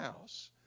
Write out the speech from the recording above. house